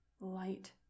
light